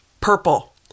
purple